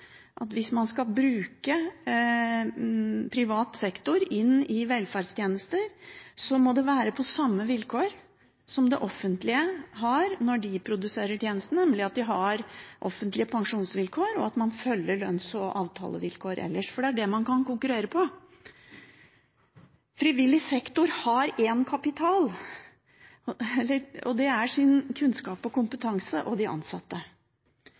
at hvis man skal bruke privat sektor inn i velferdstjenester, må det være på samme vilkår som det offentlige har når de produserer tjenester, nemlig at de har offentlige pensjonsvilkår, og at man følger lønns- og avtalevilkår ellers – for det er det man kan konkurrere på. Frivillig sektor har én kapital, og det er deres kunnskap og kompetanse – og de ansatte.